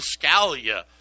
Scalia